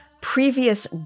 previous